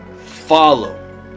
Follow